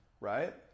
right